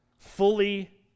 Fully